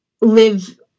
live